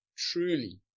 Truly